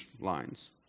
lines